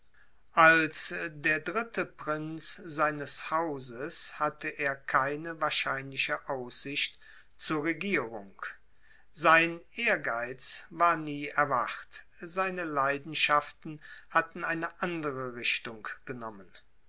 als der dritte prinz seines hauses hatte er keine wahrscheinliche aussicht zur regierung sein ehrgeiz war nie erwacht seine leidenschaften hatten eine andere richtung genommen